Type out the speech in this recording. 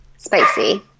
Spicy